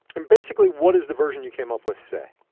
and basically, what is the version you came up with say?